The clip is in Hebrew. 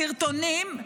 סרטונים,